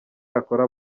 yakora